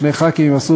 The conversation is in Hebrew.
שני חברי כנסת,